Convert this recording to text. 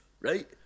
right